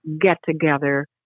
get-together